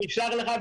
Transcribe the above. אני אשלח לך,